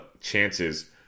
chances